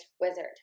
wizard